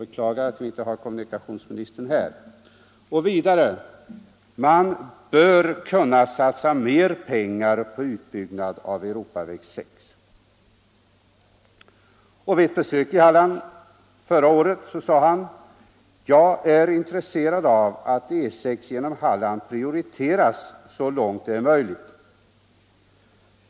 Vidare har han sagt: Man bör kunna satsa mera pengar på utbyggnaden av Europaväg 6. Vid ett besök i Halland förra året sade kommunikationsministern: Jag är intresserad av att E 6 genom Halland prioriteras så långt det är möjligt.